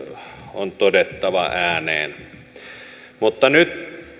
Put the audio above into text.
on todettava ääneen mutta nyt